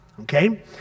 Okay